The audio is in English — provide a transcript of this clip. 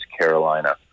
Carolina